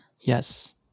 Yes